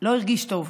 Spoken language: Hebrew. לא הרגיש טוב,